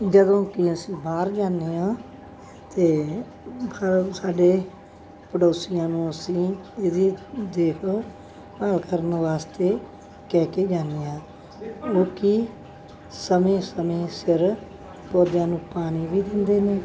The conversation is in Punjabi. ਜਦੋਂ ਕਿ ਅਸੀਂ ਬਾਹਰ ਜਾਂਦੇ ਹਾਂ ਅਤੇ ਖਰਵ ਸਾਡੇ ਪੜੋਸੀਆਂ ਨੂੰ ਅਸੀਂ ਇਹਦੀ ਦੇਖ ਭਾਲ ਕਰਨ ਵਾਸਤੇ ਕਹਿ ਕੇ ਜਾਂਦੇ ਹਾਂ ਕਿਉਂਕਿ ਸਮੇਂ ਸਮੇਂ ਸਿਰ ਪੌਦਿਆਂ ਨੂੰ ਪਾਣੀ ਵੀ ਦਿੰਦੇ ਨੇ